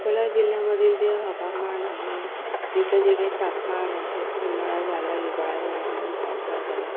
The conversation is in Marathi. अकोला जिल्ह्यामधील जे हवामान आहे तिथलं जे काही तापमान आहे उन्हाळा झाला हिवाळा झाला इव्हन पावसाळा झाला